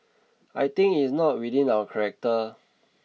I think it is not within our character